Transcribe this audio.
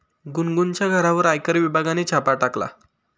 गुनगुनच्या घरावर आयकर विभागाने छापा टाकला